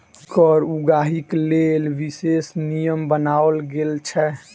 कर उगाहीक लेल विशेष नियम बनाओल गेल छै